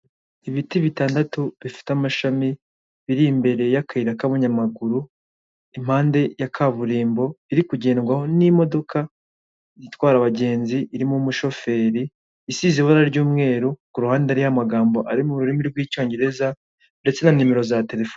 Ibiti bitandatu bifite amashami biri imbere y'akayira ka banyamaguru, i mpande ya kaburimbo iri kugendwaho n'imodoka itwara abagenzi irimo umushoferi isize ibara ry'umweru ku ruhande hariho amagambo ari mu rurimi rw'icyongereza ndetse n'animero za telefo.